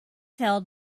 held